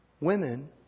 Women